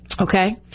Okay